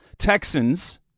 Texans